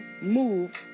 move